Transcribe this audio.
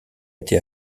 été